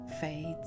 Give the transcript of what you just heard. fades